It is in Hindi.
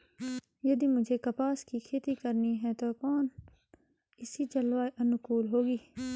यदि मुझे कपास की खेती करनी है तो कौन इसी जलवायु अनुकूल होगी?